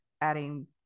adding